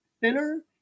thinner